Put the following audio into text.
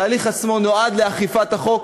התהליך עצמו נועד לאכיפת החוק.